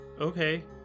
okay